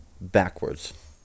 backwards